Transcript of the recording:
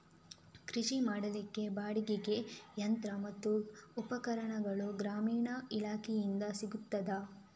ಕೃಷಿ ಮಾಡಲಿಕ್ಕೆ ಬಾಡಿಗೆಗೆ ಯಂತ್ರ ಮತ್ತು ಉಪಕರಣಗಳು ಗ್ರಾಮೀಣ ಇಲಾಖೆಯಿಂದ ಸಿಗುತ್ತದಾ?